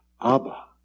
Abba